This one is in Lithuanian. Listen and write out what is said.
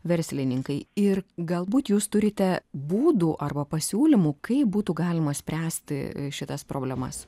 verslininkai ir galbūt jūs turite būdų arba pasiūlymų kaip būtų galima spręsti šitas problemas